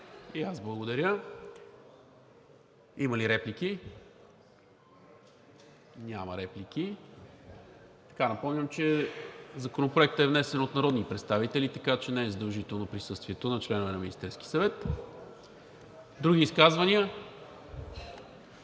Благодаря и аз. Има ли реплики? Няма. Напомням, че Законопроектът е внесен от народни представители, така че не е задължително присъствието на членове на Министерския съвет. Други изказвания?